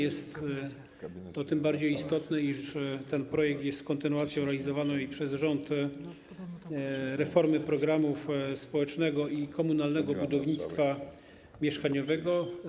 Jest to tym bardziej istotne, iż ten projekt jest kontynuacją realizowanej przez rząd reformy programów społecznego i komunalnego budownictwa mieszkaniowego.